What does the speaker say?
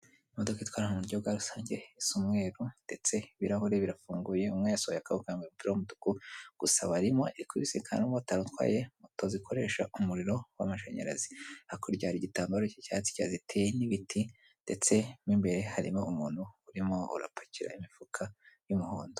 Imodoka itwara abantu mu buryo bwa rusange, isa umweruru, ndetse ibirahuri birafunguye, umwe yasohoye ukuboko, yambaye umupira w'umutuku, gusa barimo, iri kubisikana n'umumotari utwaye moto zikoresha umuriro w'amashanyarazi. Hakurya hari igitambaro cy'icyatsi cyihazitiye n'ibiti, ndetse n'imbere harimo umuntu urimo urapakira imifuka y'umuhondo.